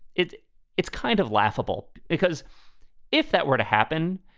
it's it's kind of laughable because if that were to happen,